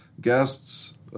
guests